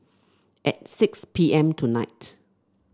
at six P M tonight